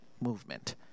Movement